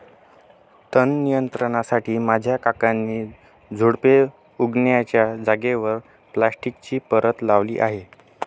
तण नियंत्रणासाठी माझ्या काकांनी झुडुपे उगण्याच्या जागेवर प्लास्टिकची परत लावली आहे